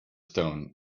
stone